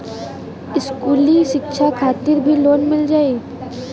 इस्कुली शिक्षा खातिर भी लोन मिल जाई?